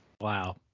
Wow